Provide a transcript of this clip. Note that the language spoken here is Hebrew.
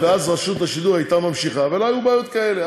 ואז רשות השידור הייתה ממשיכה ולא היו בעיות כאלה.